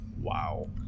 Wow